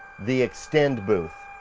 the extend booth,